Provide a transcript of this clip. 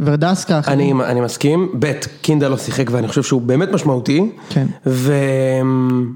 ורדסקה. אני מסכים, בית, קינדה לא שיחק, ואני חושב שהוא באמת משמעותי. כן. ו...